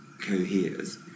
coheres